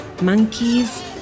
monkeys